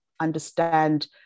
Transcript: understand